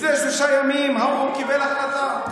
לפני שלושה ימים האו"ם קיבל החלטה.